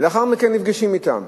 ולאחר מכן נפגשים אתם.